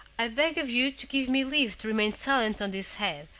i beg of you to give me leave to remain silent on this head,